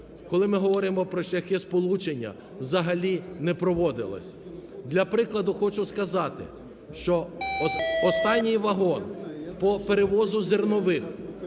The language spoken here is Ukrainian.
коли ми говоримо про шляхи сполучення, взагалі не проводилось. Для прикладу хочу сказати, що останній вагон по перевозу зернових